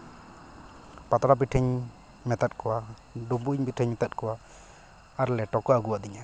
ᱯᱟᱛᱲᱟ ᱯᱤᱴᱷᱟᱹᱧ ᱢᱮᱛᱟᱫ ᱠᱚᱣᱟ ᱰᱩᱸᱵᱩᱜ ᱯᱤᱴᱷᱟᱹᱧ ᱢᱮᱛᱟᱫ ᱠᱚᱣᱟ ᱟᱨ ᱞᱮᱴᱚ ᱠᱚ ᱟᱹᱜᱩᱣᱟᱫᱤᱧᱟ